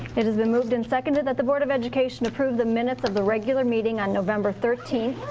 it has been moved and seconded that the board of education approve the minutes of the regular meeting on november thirteenth,